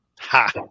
Ha